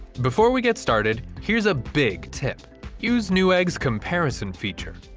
before we get started here's a big tip use newegg's comparison feature.